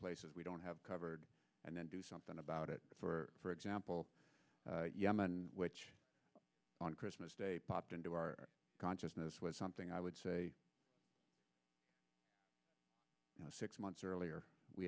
places we don't have covered and then do something about it for for example yemen which on christmas day popped into our consciousness was something i would say six months earlier we